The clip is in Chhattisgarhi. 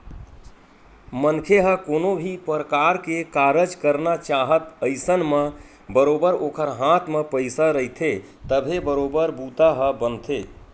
मनखे ह कोनो भी परकार के कारज करना चाहय अइसन म बरोबर ओखर हाथ म पइसा रहिथे तभे बरोबर बूता ह बनथे